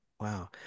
Wow